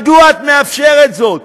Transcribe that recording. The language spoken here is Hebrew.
מדוע את מאפשרת זאת,